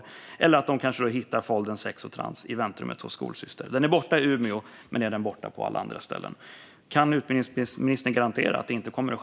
Jag hoppas också att de ska slippa hitta foldern Sex och trans i väntrummet hos skolsyster. Den är borta i Umeå, men är den borta på alla andra ställen? Kan utrikesministern garantera det?